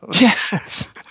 yes